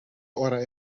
hora